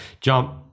jump